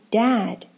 dad